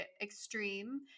extreme